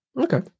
Okay